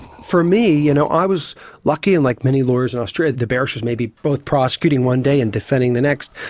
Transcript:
for me, you know, i was lucky, and like many lawyers in australia the, barristers may be both prosecuting one day and defending the next.